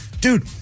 dude